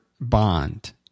bond